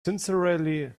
sincerely